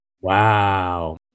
Wow